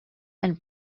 and